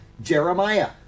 Jeremiah